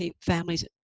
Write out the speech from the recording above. families